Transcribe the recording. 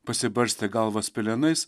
pasibarstę galvas pelenais